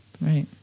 right